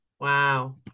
wow